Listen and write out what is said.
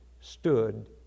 stood